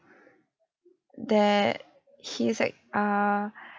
there he's like err